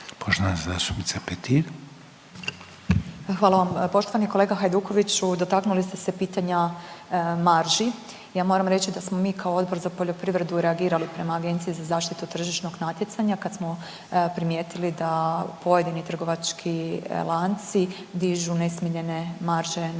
Marijana (Nezavisni)** Hvala vam. Poštovani kolega Hajdukoviću dotaknuli ste se pitanja marži, ja moram reći da smo mi kao Odbor za poljoprivredu reagirali prema Agenciji za zaštitu tržišnog natjecanja kad smo primijetili da pojedini trgovački lanci dižu nesmiljene marže na hrvatske